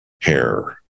hair